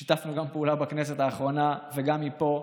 שיתפנו פעולה גם בכנסת האחרונה וגם פה.